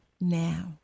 now